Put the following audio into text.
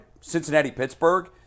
Cincinnati-Pittsburgh